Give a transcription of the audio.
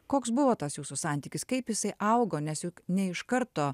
koks buvo tas jūsų santykis kaip jisai augo nes juk ne iš karto